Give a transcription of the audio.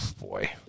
boy